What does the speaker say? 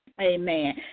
Amen